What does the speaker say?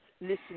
listen